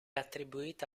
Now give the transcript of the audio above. attribuita